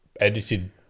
edited